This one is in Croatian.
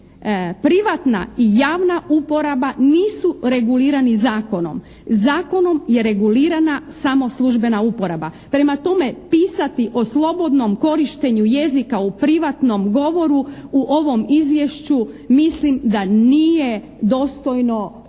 privatna i javna uporaba nisu regulirani zakonom. Zakonom je regulirana samo službena uporaba. Prema tome, pisati o slobodnom korištenju jezika u privatnom govoru u ovom izvješću mislim da nije dostojno izvješća